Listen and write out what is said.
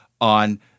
on